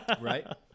Right